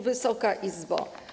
Wysoka Izbo!